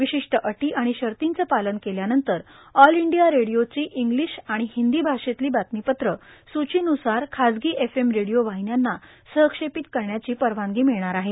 विशिष्ट अटी आणि शर्तींचे पालन केल्यानंतर ऑल इंडिया रेडिओची इंग्लिश हिंदी भाषेतली बातमीपत्र सूचीन्सार खाजगी एफएम रेडिओ वाहिन्यांना सहक्षेपित करण्याची परवानगी मिळणार आहे